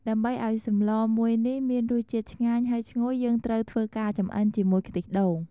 ដើម្បីអោយសម្លមួយនេះមានរសជាតិឆ្ងាញ់ហើយឈ្ងុយយើងត្រូវធ្វើការចំអិនជាមួយ ខ្ទិះដូង។